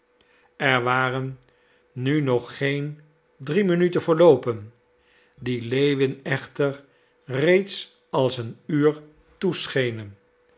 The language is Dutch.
er waren nog geen drie minuten verloopen die lewin echter reeds als een uur toeschenen